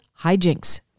hijinks